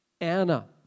Anna